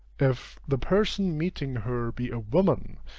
if the person meeting her be a woman,